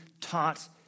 taught